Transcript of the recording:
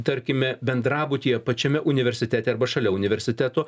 tarkime bendrabutyje pačiame universitete arba šalia universiteto